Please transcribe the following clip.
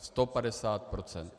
Sto padesát procent.